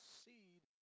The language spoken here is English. seed